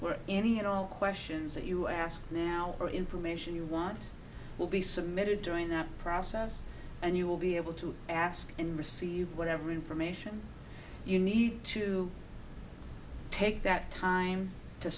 all questions that you ask now are information you want will be submitted to join that process and you will be able to ask and receive whatever information you need to take that time to